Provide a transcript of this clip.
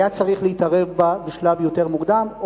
היה צריך להתערב בה בשלב יותר מוקדם,